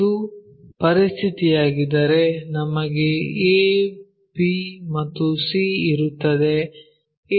ಅದು ಪರಿಸ್ಥಿತಿಯಾಗಿದ್ದರೆ ನಮಗೆ a b ಮತ್ತು c ಇರುತ್ತದೆ